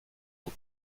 eau